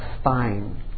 spine